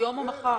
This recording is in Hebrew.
היום או מחר.